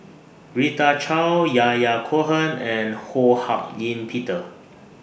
Rita Chao Yahya Cohen and Ho Hak Ean Peter